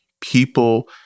people